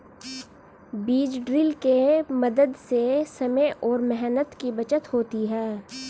बीज ड्रिल के मदद से समय और मेहनत की बचत होती है